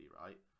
right